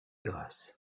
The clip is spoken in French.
grace